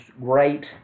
great